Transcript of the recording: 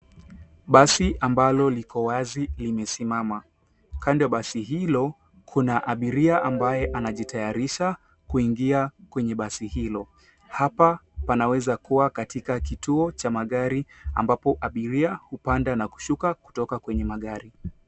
Basi ambalo liko wazi limesimama. Kando ya basi hilo, kuna abiria ambaye anajitayarisha kuingia kwenye basi hilo. Hapa pana weza kuwa katika kituo cha magari ambapo abiria hupanda na kushuka kutoka kwenye magari.